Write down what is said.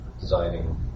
designing